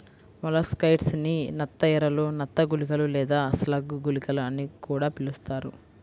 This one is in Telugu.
మొలస్సైడ్స్ ని నత్త ఎరలు, నత్త గుళికలు లేదా స్లగ్ గుళికలు అని కూడా పిలుస్తారు